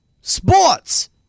Sports